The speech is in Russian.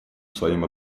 своим